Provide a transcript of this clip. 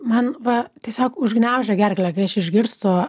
man va tiesiog užgniaužia gerklę kai aš išgirstu